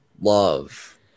love